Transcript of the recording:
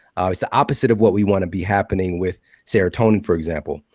it's the opposite of what we want to be happening with serotonin for example.